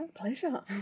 Pleasure